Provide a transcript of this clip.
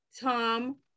Tom